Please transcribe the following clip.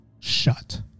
shut